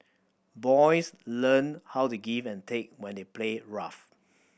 boys learn how to give and take when they play rough